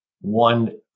One